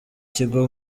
kigo